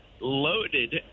loaded